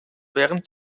während